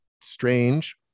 strange